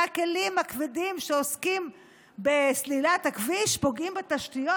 פעם שמינית שהכלים הכבדים שעוסקים בסלילת הכביש פוגעים בתשתיות.